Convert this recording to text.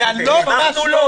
לא אנחנו.